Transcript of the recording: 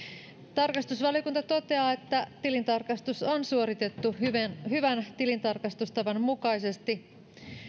tarkastusvaliokunta toteaa että tilintarkastus on suoritettu hyvän tilintarkastustavan mukaisesti